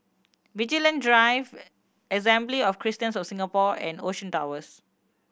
Vigilante Drive Assembly of Christians of Singapore and Ocean Towers